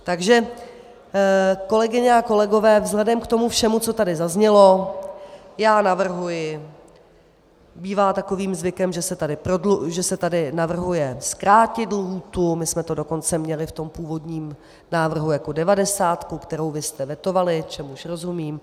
Takže kolegyně a kolegové, vzhledem k tomu všemu, co tady zaznělo, já navrhuji bývá takovým zvykem, že se tady navrhuje zkrátit lhůtu, my jsme to dokonce měli v původním návrhu jako devadesátku, kterou vy jste vetovali, čemuž rozumím.